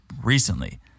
recently